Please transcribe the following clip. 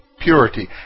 Purity